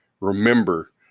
Remember